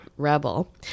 Rebel